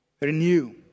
Renew